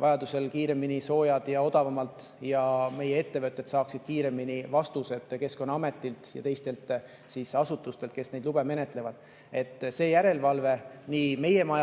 vajadusel kiiremini ja odavamalt soojad ja meie ettevõtted saaksid kiiremini vastused Keskkonnaametilt ja teistelt asutustelt, kes neid lube menetlevad. See järelevalve nii meie maja poolt kui